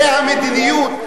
זו המדיניות,